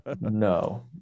no